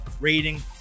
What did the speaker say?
rating